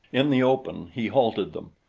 in the open he halted them.